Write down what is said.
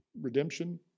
redemption